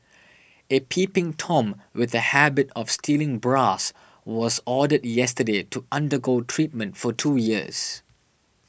a peeping tom with a habit of stealing bras was ordered yesterday to undergo treatment for two years